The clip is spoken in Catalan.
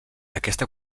aquesta